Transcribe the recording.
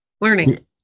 Learning